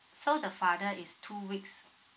so the father is two weeks